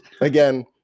Again